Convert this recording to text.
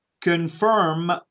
confirm